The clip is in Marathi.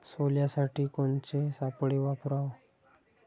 सोल्यासाठी कोनचे सापळे वापराव?